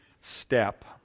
step